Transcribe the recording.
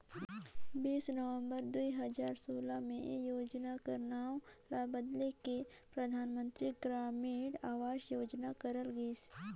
बीस नवंबर दुई हजार सोला में ए योजना कर नांव ल बलेद के परधानमंतरी ग्रामीण अवास योजना करल गइस